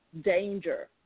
danger